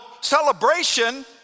celebration